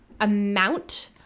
amount